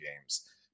games